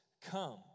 Come